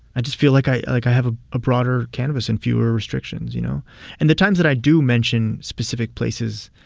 i just feel like like i have a ah broader canvas and fewer restrictions, you know and the times that i do mention specific places,